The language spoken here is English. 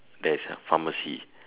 there is a pharmacy